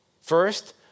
First